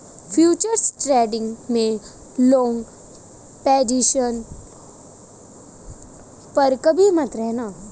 futures trading में long position पर कभी मत रहना